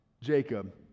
Jacob